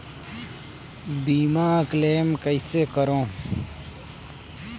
बीमा क्लेम कइसे करों?